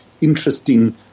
interesting